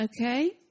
Okay